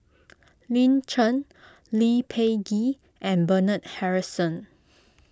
Lin Chen Lee Peh Gee and Bernard Harrison